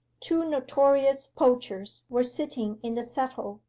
two notorious poachers were sitting in the settle,